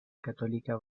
católica